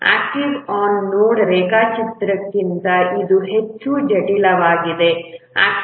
activity on node ರೇಖಾಚಿತ್ರಕ್ಕಿಂತ ಇದು ಹೆಚ್ಚು ಜಟಿಲವಾಗಿದೆ